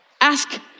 Ask